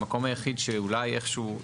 המקום היחיד שאולי איכשהו,